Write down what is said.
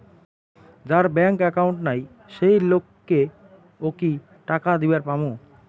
যার bank account নাই সেই লোক কে ও কি টাকা দিবার পামু?